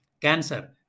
cancer